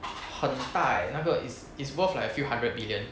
很大 eh 那个 is is worth like a few hundred billion